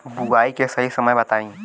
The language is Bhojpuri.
बुआई के सही समय बताई?